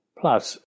Plus